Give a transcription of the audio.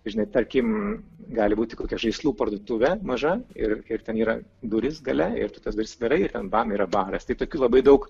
žinai tarkim gali būti kokia žaislų parduotuvė maža ir kaip ten yra durys gale ir tu tas duris atidarai ir bam yra baras tai tokių labai daug